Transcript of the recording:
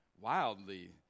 wildly